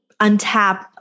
untap